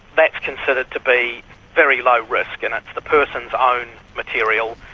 that's considered to be very low risk and it's the person's own material,